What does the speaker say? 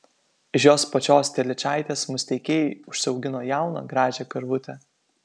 iš jos pačios telyčaitės musteikiai užsiaugino jauną gražią karvutę